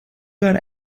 got